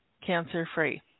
cancer-free